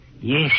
yes